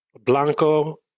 Blanco